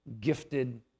gifted